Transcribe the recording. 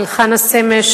על חנה סנש,